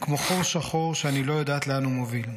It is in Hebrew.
/ כמו חור שחור שאני לא יודעת לאן הוא מוביל.